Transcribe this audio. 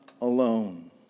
alone